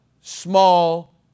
small